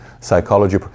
psychology